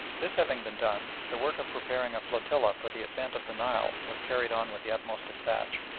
this having been done the work of preparing a flotilla for the ascent of the nile was carried on with the utmost despatch.